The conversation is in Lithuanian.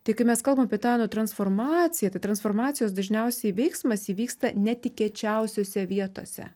tai kai mes kalbam apie tą nu transformaciją tai transformacijos dažniausiai veiksmas įvyksta netikėčiausiose vietose